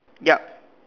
ya